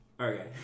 Okay